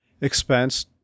expense